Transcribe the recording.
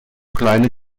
kleine